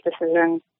decision